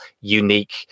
unique